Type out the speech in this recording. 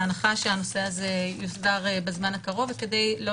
בהנחה שהנושא הזה יוסדר בזמן הקרוב וכדי לא